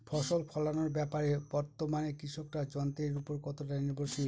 ফসল ফলানোর ব্যাপারে বর্তমানে কৃষকরা যন্ত্রের উপর কতটা নির্ভরশীল?